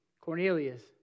Cornelius